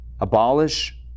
abolish